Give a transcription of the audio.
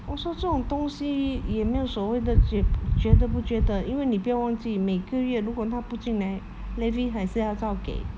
我说这种东西也没有所谓的觉觉得不觉得因为你不要忘记每个月如果他不进来 levy 还是要照给